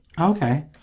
Okay